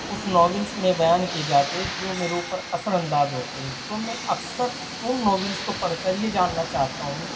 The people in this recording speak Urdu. اس ناولس میں بیان کیے جاتے ہیں جو میرے اوپر اثر انداز ہوتے ہیں تو میں اکثر ان ناولس کو پڑھ کر یہ جاننا چاہتا ہوں